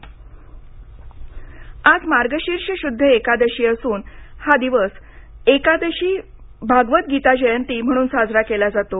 जयंती आज मार्गशीर्ष शुद्ध एकादशी असून ही एकादशी भागवत गीता जयंती म्हणून साजरी केली जाते